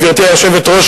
גברתי היושבת-ראש,